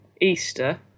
Easter